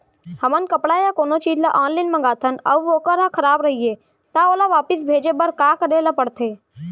हमन कपड़ा या कोनो चीज ल ऑनलाइन मँगाथन अऊ वोकर ह खराब रहिये ता ओला वापस भेजे बर का करे ल पढ़थे?